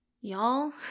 Y'all